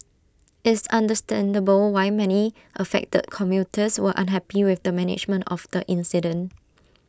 it's understandable why many affected commuters were unhappy with the management of the incident